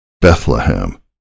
Bethlehem